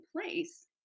place